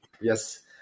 yes